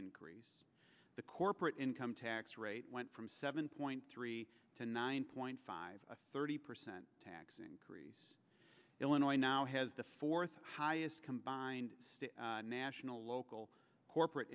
increase the corporate income tax rate went from seven point three to nine point five thirty percent tax increase illinois now has the fourth highest combined national local corporate